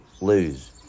lose